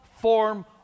form